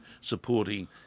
supporting